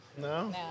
No